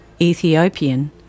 Ethiopian